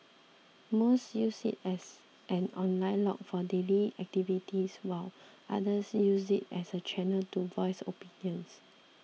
most use it as an online log for daily activities while others use it as a channel to voice opinions